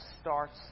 starts